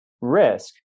risk